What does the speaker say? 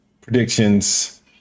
predictions